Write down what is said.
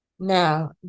Now